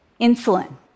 insulin